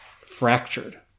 fractured